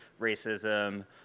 racism